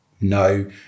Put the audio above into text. no